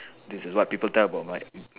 this a lot people tell about my